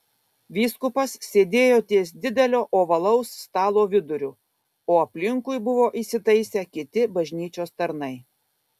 vyskupas sėdėjo ties didelio ovalaus stalo viduriu o aplinkui buvo įsitaisę kiti bažnyčios tarnai